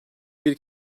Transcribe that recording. bir